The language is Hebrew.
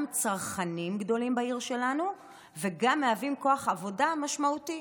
צרכנים גדולים בעיר שלנו וגם מהווים כוח עבודה משמעותי.